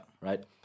Right